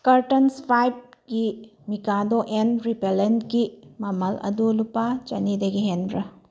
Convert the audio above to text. cartons ꯐꯥꯏꯚꯀꯤ ꯃꯤꯀꯥꯗꯣ ꯑꯦꯟ ꯔꯤꯄꯦꯜꯂꯦꯟꯒꯤ ꯃꯃꯜ ꯑꯗꯨ ꯂꯨꯄꯥ ꯆꯥꯅꯤꯗꯒꯤ ꯍꯦꯟꯕ꯭ꯔꯥ